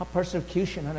Persecution